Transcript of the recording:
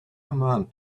command